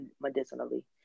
medicinally